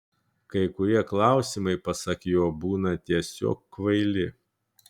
kai kurie klausimai pasak jo būna tiesiog kvaili